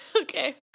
Okay